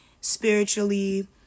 spiritually